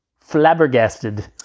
flabbergasted